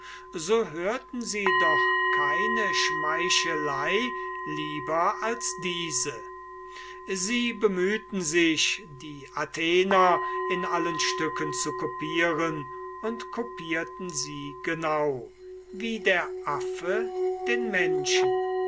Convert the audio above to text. so hörten sie doch keine schmeichelei lieber als diese sie bemühten sich die athenienser in allen stücken zu copieren und copierten sie genau wie der affe den menschen